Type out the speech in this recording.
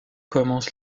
commence